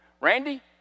Randy